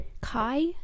Kai